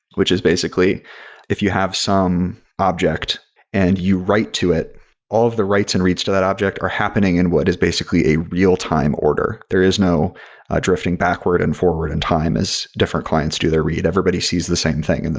which is basically if you have some object and you write to it all. all of the write and reads to that object are happening in what is basically a real-time order. there is no drifting backward and forward in time as different clients to their read. everybody sees the same thing, and